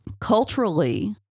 culturally